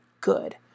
good